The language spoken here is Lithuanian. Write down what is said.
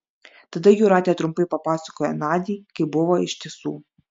tada jūratė trumpai papasakojo nadiai kaip buvo iš tiesų